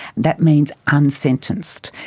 that means unsentenced.